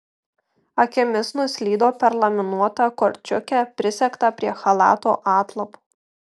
akimis nuslydo per laminuotą korčiukę prisegtą prie chalato atlapo